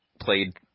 played